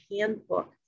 handbook